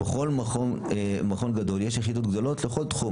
בכל מכון גדול יש יחידות גדולות בכל תחום,